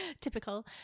Typical